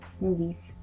movies